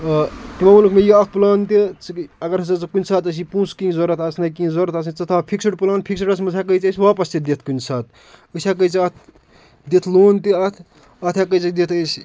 آ تِمو ووٚنُکھ مےٚ یہِ اکھ پٕلان تہِ ژٕ اگر ہسا ژٕ کُنہِ ساتہٕ آسی پونٛسہٕ کیٚنہہ ضوٚرتھ آسنَے کیٚنہہ ضوٚرتھ آسنَے ژٕ تھاو فِکسٕڈ پٕلان فِکسٕڈَس منٛز ہٮ۪کوے ژےٚ أسۍ واپَس تہِ دِتھ کُنہِ ساتہٕ أسۍ ہٮ۪کوے ژےٚ اَتھ دِتھ لون تہِ اَتھ اتَھ ہٮ۪کوے ژےٚ دِتھ أسۍ